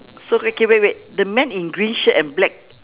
so okay wait wait the man in green shirt and black